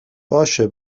باشه